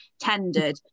tendered